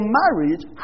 marriage